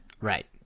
Right